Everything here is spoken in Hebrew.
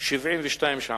72 שעות,